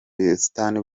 busitani